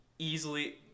easily